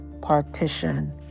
partition